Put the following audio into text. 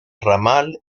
ramal